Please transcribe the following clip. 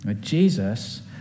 Jesus